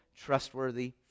trustworthy